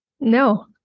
No